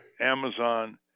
Amazon